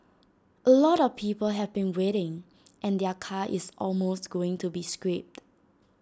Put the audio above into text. A lot of people have been waiting and their car is almost going to be scrapped